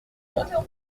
quatre